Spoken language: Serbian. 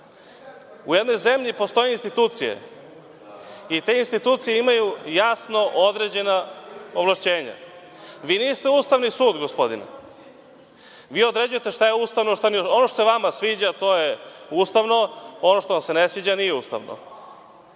U jednoj zemlji postoje institucije i te institucije imaju jasno određena ovlašćenja. Vi niste Ustavni sud, gospodine. Vi određujete šta je ustavno, a šta nije. Ono što se vama sviđa to je ustavno, ono što vam se ne sviđa nije ustavno. Zakon